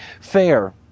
fair